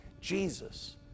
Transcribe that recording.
Jesus